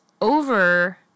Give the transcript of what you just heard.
over